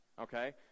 Okay